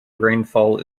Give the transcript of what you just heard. rainfall